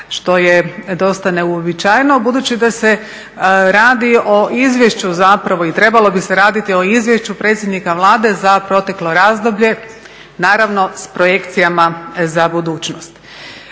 što je dosta neuobičajeno. Budući da se radi o izvješću zapravo i trebalo bi se raditi o izvješću predsjednika Vlade za proteklo razdoblje, naravno s projekcijama za budućnost.